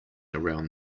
around